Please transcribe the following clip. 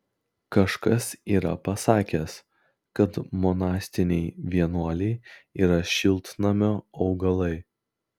kažkas yra pasakęs kad monastiniai vienuoliai yra šiltnamio augalai